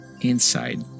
inside